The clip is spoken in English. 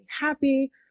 happy